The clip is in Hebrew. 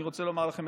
אני רוצה לומר לכם,